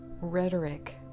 rhetoric